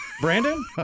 Brandon